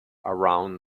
around